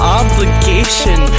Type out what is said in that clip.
obligation